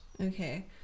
Okay